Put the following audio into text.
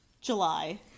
july